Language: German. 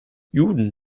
juden